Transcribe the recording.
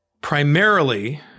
primarily